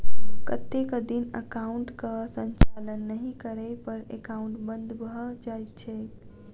कतेक दिन एकाउंटक संचालन नहि करै पर एकाउन्ट बन्द भऽ जाइत छैक?